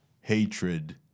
hatred